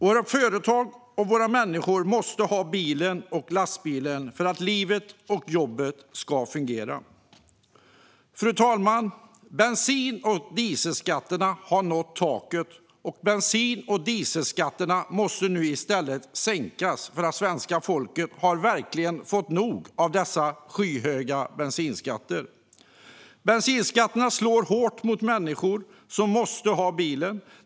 Våra företag och människor måste ha bil och lastbil för att livet och jobbet ska fungera. Fru talman! Bensin och dieselskatterna har nått taket. Bensin och dieselskatterna måste nu i stället sänkas, för svenska folket har verkligen fått nog av dessa skyhöga bensinskatter. Bensinskatterna slår hårt mot människor som måste ha bilen.